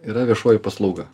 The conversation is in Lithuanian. yra viešoji paslauga